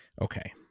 Okay